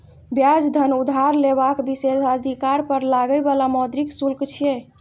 ब्याज धन उधार लेबाक विशेषाधिकार पर लागै बला मौद्रिक शुल्क छियै